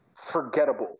forgettable